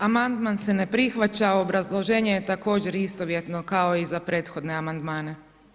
Amandman se ne prihvaća a obrazloženje je također istovjetno kao i za prethodne amandmane.